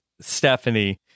Stephanie